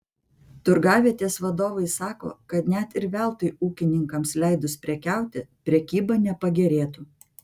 turgavietės vadovai sako kad net ir veltui ūkininkams leidus prekiauti prekyba nepagerėtų